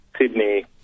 Sydney